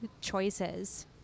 choices